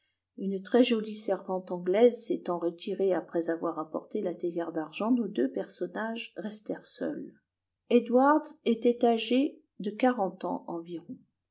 une très-jolie servante anglaise s'étant retirée après avoir apporté la théière d'argent nos deux personnages restèrent seuls edwards était âgé de quarante ans environ